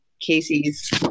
Casey's